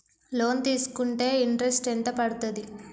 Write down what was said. Loan తీస్కుంటే interest ఎంత పడ్తది?